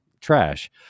trash